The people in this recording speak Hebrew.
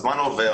הזמן עובר,